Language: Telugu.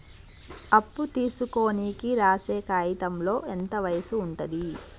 అప్పు తీసుకోనికి రాసే కాయితంలో ఎంత వయసు ఉంటది?